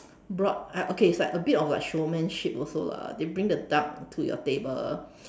brought I okay it's actually a bit like showmanship also lah they bring the duck to your table